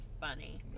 funny